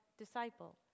disciple